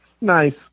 Nice